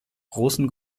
großen